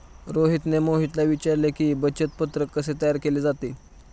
रोहितने मोहितला विचारले की, बचत पत्रक कसे तयार केले जाते?